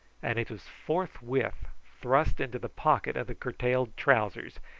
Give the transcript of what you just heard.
and it was forthwith thrust into the pocket of the curtailed trousers,